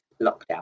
lockdown